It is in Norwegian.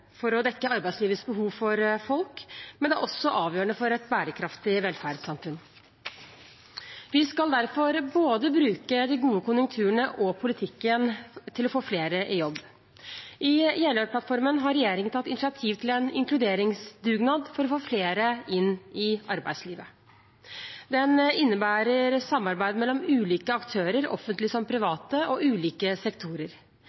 for å dekke arbeidslivets behov for folk, men det er også avgjørende for et bærekraftig velferdssamfunn. Vi skal derfor bruke både de gode konjunkturene og politikken til å få flere i jobb. I Jeløya-plattformen har regjeringen tatt initiativ til en inkluderingsdugnad for å få flere inn i arbeidslivet. Den innebærer samarbeid mellom ulike aktører, offentlige som private, og ulike sektorer.